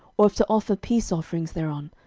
or if to offer peace offerings thereon,